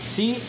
See